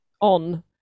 on